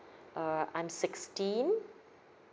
err I'm sixteen